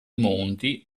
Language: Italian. monti